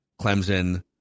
Clemson